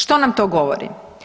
Što nam to govori?